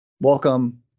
welcome